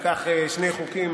לקח שני חוקים,